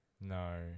no